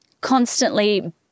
constantly